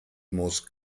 muss